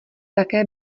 také